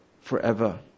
forever